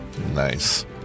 Nice